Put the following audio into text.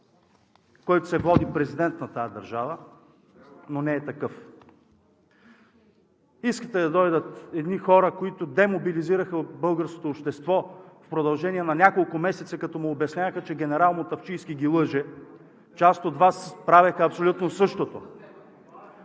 който се води президент на тази държава, но не е такъв. Искате да дойдат едни хора, които демобилизираха българското общество в продължение на няколко месеца, като му обясняваха, че генерал Мутафчийски ги лъже. Част от Вас правеха абсолютно същото.